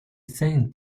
same